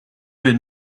been